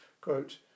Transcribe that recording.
quote